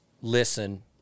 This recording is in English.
listen